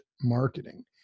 marketing